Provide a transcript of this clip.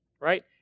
right